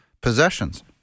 possessions